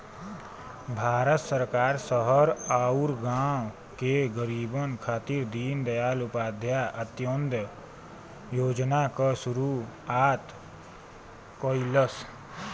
भारत सरकार शहर आउर गाँव के गरीबन खातिर दीनदयाल उपाध्याय अंत्योदय योजना क शुरूआत कइलस